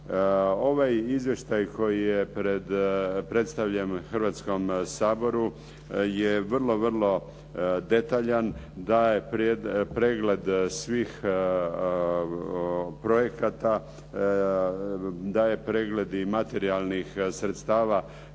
Ovaj izvještaj koji je predstavljen Hrvatskom saboru je vrlo, vrlo detaljan, daje pregled svih projekata, daje pregled i materijalnih sredstava